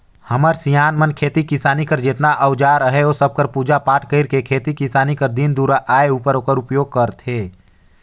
हमर सियान मन खेती किसानी कर जेतना अउजार अहे ओ सब कर पूजा पाठ कइर के खेती किसानी कर दिन दुरा आए उपर ओकर उपियोग करथे